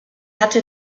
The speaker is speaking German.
hatte